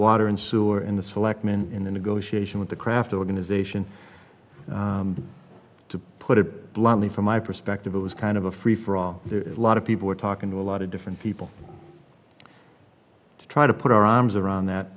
water and sewer in the selectmen the negotiation with the kraft organization to put it bluntly from my perspective it was kind of a free for all lot of people were talking to a lot of different people to try to put our arms around that